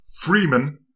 Freeman